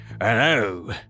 hello